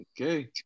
Okay